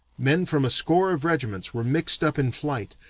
men from a score of regiments were mixed up in flight,